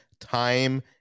time